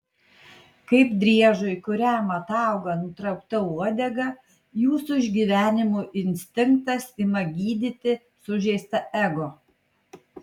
kaip driežui kuriam atauga nutraukta uodega jūsų išgyvenimo instinktas ima gydyti sužeistą ego